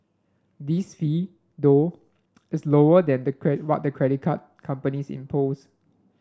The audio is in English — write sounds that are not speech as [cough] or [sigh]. this fee though is lower than the [unintelligible] what the credit card companies impose